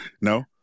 No